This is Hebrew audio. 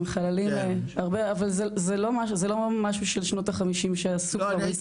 אבל זה לא משהו של שנות ה-50 שעשו פה בישראל.